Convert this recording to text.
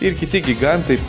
ir kiti gigantai